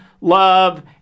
love